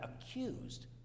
accused